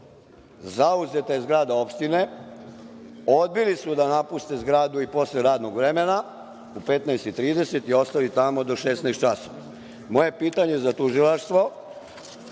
Zauzeta je zgrada opštine. Odbili su da napuste zgradu i posle radnog vremena u 15.30 časova i ostali tamo do 16.00 časova. Moje pitanje za tužilaštvo